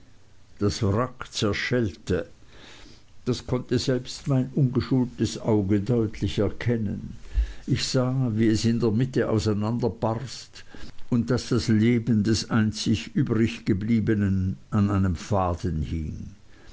das wrack zerschellte das konnte selbst mein ungeschultes auge deutlich erkennen ich sah wie es in der mitte auseinanderbarst und daß das leben des einzig übriggebliebenen an einem faden hing